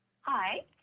Hi